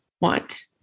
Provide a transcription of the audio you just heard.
want